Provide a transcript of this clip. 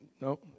No